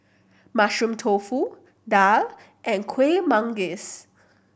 Mushroom Tofu daal and Kueh Manggis